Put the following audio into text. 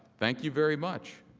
thank you very much.